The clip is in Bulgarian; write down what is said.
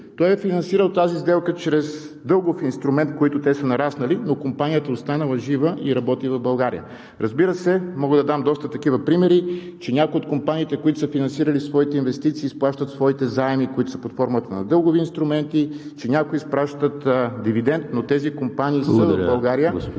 той е финансирал тази сделка чрез дългов инструмент, с което дълговете са нараснали, но компанията е останала жива и работи в България. Разбира се, мога да дам доста такива примери, че някои от компаниите, които са финансирали своите инвестиции, изплащат своите заеми под формата на дългови инструменти, че някои изпращат дивидент, но тези компании са в България